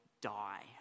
die